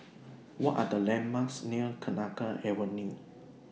What Are The landmarks near Kenanga Avenue